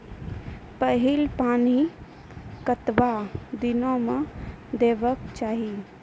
पहिल पानि कतबा दिनो म देबाक चाही?